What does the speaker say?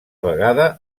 vegada